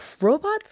robots